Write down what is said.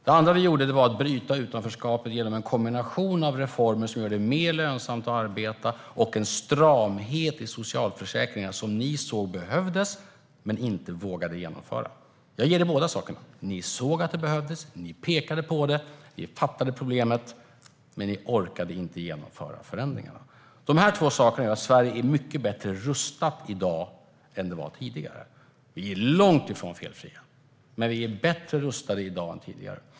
Det andra vi gjorde var att bryta utanförskapet genom en kombination av reformer som gör det mer lönsamt att arbeta och en stramhet i socialförsäkringarna, som ni såg behövdes men inte vågade genomföra. Jag ger dig båda sakerna: Ni såg att det behövdes, ni pekade på det och fattade problemet, men ni orkade inte genomföra förändringarna. Dessa båda saker gör att Sverige är mycket bättre rustat i dag än det var tidigare. Vi är långt ifrån felfria, men vi är bättre rustade i dag än tidigare.